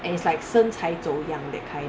and it's like 身材走样 that kind